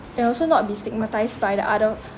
and also not be stigmatised by the other